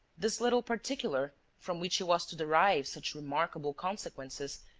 this little particular, from which he was to derive such remarkable consequences,